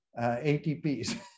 ATPs